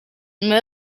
nyuma